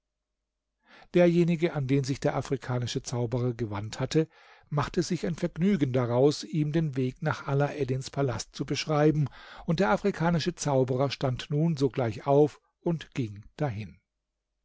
derjenige an den sich der afrikanische zauberer gewandt hatte machte sich ein vergnügen daraus ihm den weg nach alaeddins palast zu beschreiben und der afrikanische zauberer stand nun sogleich auf und ging dahin